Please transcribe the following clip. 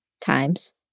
times